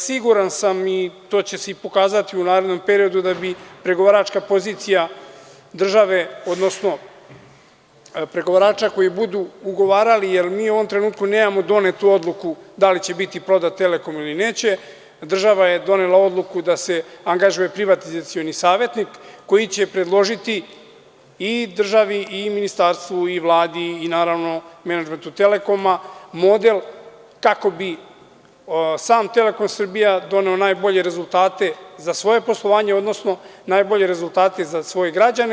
Siguran sam i to će se i pokazati u narednom periodu da bi pregovaračka pozicija države, odnosno pregovarača koji budu ugovarali, jer mi u ovom trenutku nemamo donetu odluku da li će biti prodat Telekom ili neće, država je donela odluku da se angažuje privatizacioni savetnik koji će predložiti i državi i ministarstvu i Vladi i naravno menadžmentu Telekoma model kako bi sam Telekom Srbija doneo najbolje rezultate za svoje poslovanje, odnosno najbolje rezultate za svoje građane.